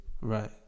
Right